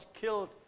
killed